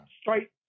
Straight